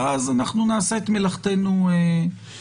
ואז אנחנו נעשה את מלאכתנו נאמנה.